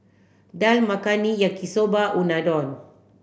Dal Makhani Yaki Soba Unadon